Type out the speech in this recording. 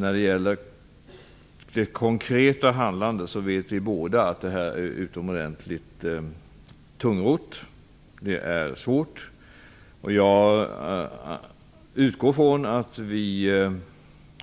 Vi vet att den konkreta handeln är tungrodd och svår. Jag utgår från att vi